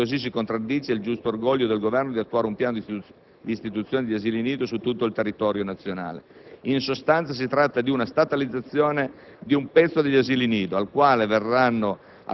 (delle Regioni e dei Comuni, in particolare) relativa agli asili nido, e, così si contraddice il giusto orgoglio del Governo di attuare un piano per la realizzazione di asili nido su tutto il territorio nazionale. In sostanza, si tratta di una statalizzazione